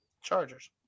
Chargers